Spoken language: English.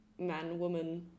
man-woman